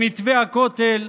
במתווה הכותל,